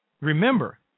remember